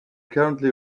currently